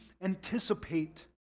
anticipate